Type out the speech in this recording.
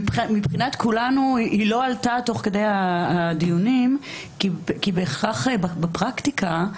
שמבחינת כולנו היא לא עלתה תוך כדי הדיונים כי בהכרח בפרקטיקה,